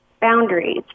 boundaries